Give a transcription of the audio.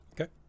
Okay